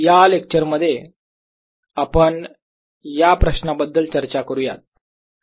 या लेक्चर मध्ये आपण या प्रश्नाबद्दल चर्चा करुयात